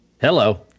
Hello